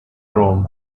rome